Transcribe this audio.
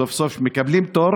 סוף-סוף מקבלים תור,